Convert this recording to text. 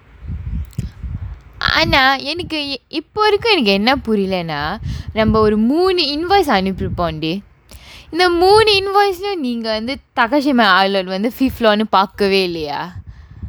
ஆனா எனக்கு இப்ப வரைக்கும் எனக்கு என்ன புரியலனா நம்ம ஒரு மூணு:aanaa enakku ippa varaikkum enakku enna puriyalana namma oru moonu invoice அனுப்பி இருப்போன்டி இந்த மூணு:anuppi iruppondi intha moonu invoice ஐயும் நீங்க வந்து:aiyum neenga vanthu takashimaya island வந்து:vanthu fifth floor னு பாக்கவே இல்லையா:nu paakkavae illaiyaa